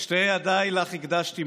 "שתי ידיי לך הקדשתי,